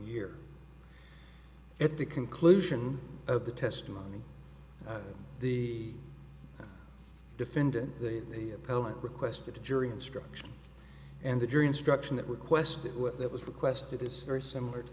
year at the conclusion of the testimony the defendant the poet requested the jury instruction and the jury instruction that requested with it was requested this very similar to